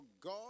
God